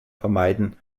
vermeiden